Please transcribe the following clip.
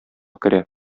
керә